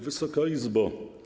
Wysoka Izbo!